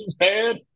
man